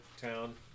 town